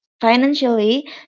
financially